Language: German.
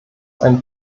ein